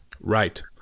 Right